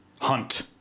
Hunt